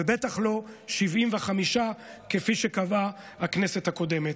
ובטח לא 75% כפי שקבעה הכנסת הקודמת.